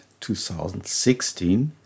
2016